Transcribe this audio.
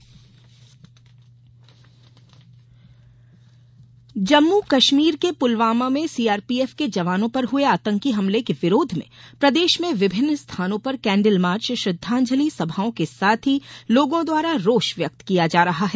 श्रद्वांजलि जम्मू कश्मीर के पुलवामा में सीआरपीएफ के जवानों पर हुए आतंकी हमले के विरोध में प्रदेश में विभिन्न स्थानों पर केंडल मार्च श्रद्धांजलि सभाओं के साथ ही लोगों द्वारा रोष व्यक्त किया जा रहा हैं